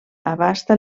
abasta